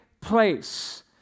place